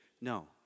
No